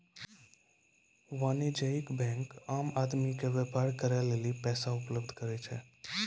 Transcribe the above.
वाणिज्यिक बेंक आम आदमी के व्यापार करे लेली पैसा उपलब्ध कराय छै